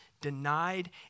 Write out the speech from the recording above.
denied